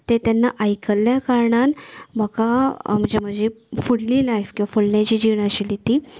ते तेन्ना आयकल्लें कारणान म्हाका म्हजे फुडलीं लायफ किंवां फुडलीं जी जीण आशिल्ली ती